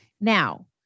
Now